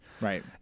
Right